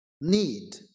need